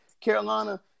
Carolina